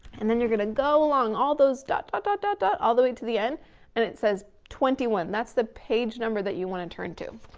and then you're gonna go along, all those dah, but dah, and dah, all the way to the end and it says twenty one. that's the page number that you wanna turn to.